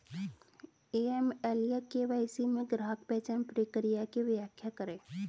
AML या KYC में ग्राहक पहचान प्रक्रिया की व्याख्या करें?